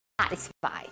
satisfied